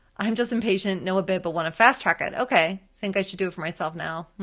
i'm just impatient, know a bit, but want to fast track it. okay, think i should do it for myself now.